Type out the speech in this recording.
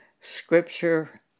scripture